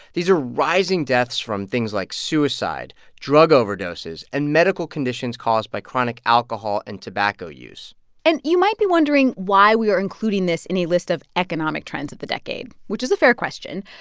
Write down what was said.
these are rising deaths from things like suicide, drug overdoses and medical conditions caused by chronic alcohol and tobacco use and you might be wondering why we are including this in a list of economic trends of the decade, which is a fair question.